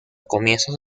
comienzos